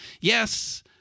yes